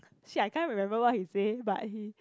shit I can't remember what he say but he